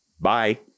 bye